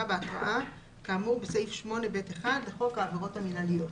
בהתראה כאמור בסעיף 8(ב1) לחוק העבירות המינהליות.